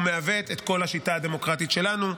הוא מעוות את כל השיטה הדמוקרטית שלנו.